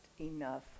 enough